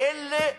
אלה פירות,